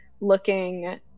looking